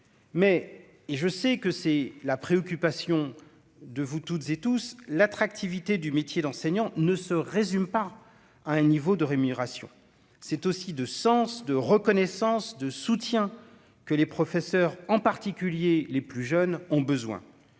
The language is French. mais, et je sais que c'est la préoccupation de vous toutes et tous, l'attractivité du métier d'enseignant ne se résume pas à un niveau de rémunération, c'est aussi de sens de reconnaissance de soutien que les professeurs en particulier les plus jeunes ont besoin,